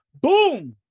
Boom